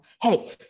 hey